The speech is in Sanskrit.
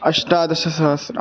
अष्टादशसहस्रम्